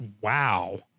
wow